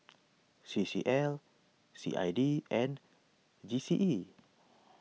C C L C I D and G C E